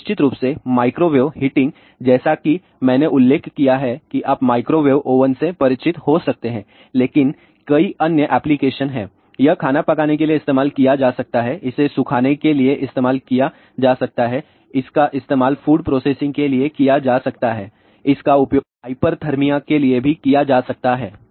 और निश्चित रूप से माइक्रोवेव हीटिंग जैसा कि मैंने उल्लेख किया है कि आप माइक्रोवेव ओवन से परिचित हो सकते हैं लेकिन कई अन्य एप्लीकेशन हैं यह खाना पकाने के लिए इस्तेमाल किया जा सकता है इसे सुखाने के लिए इस्तेमाल किया जा सकता है इसका इस्तेमाल फूड प्रोसेसिंग के लिए किया जा सकता है इसका उपयोग हाइपर्थर्मिया के लिए भी किया जा सकता है